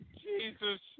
Jesus